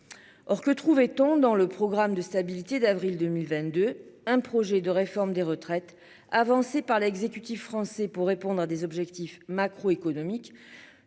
Or que trouver ton dans le programme de stabilité d'avril 2022, un projet de réforme des retraites avancées par l'exécutif français pour répondre à des objectifs macro-économique